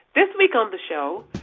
this week on the show.